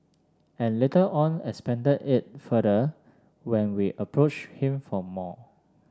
and later on expanded it further when we approached him for more